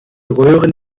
röhren